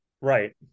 Right